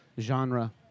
genre